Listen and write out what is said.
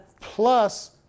plus